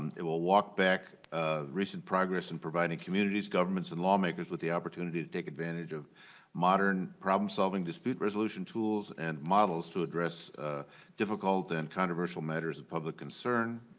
it will walk back recent progress in providing communities governments and lawmakers with the opportunity to take advantage of modern problem solving dispute resolution tools and models to address difficult and controversial matters of public concern.